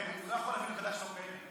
הוא לא יכול להעביר לוועדה שלא קיימת.